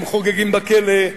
הם חוגגים בכלא,